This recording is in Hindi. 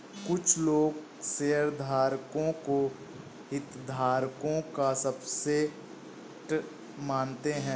कुछ लोग शेयरधारकों को हितधारकों का सबसेट मानते हैं